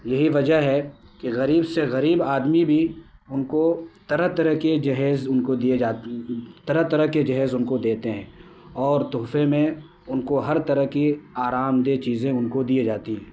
یہی وجہ کہ غریب سے غریب آدمی بھی ان کو طرح طرح کے جہیز ان کو دیے جاتے طرح طرح کے جہیز ان کو دیتے ہیں اور تحفے میں ان کو ہر طرح کی آرام دہ چیزیں ان کو دیے جاتے ہے